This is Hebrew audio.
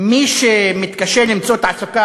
שמי שמתקשה למצוא תעסוקה,